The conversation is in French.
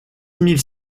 mille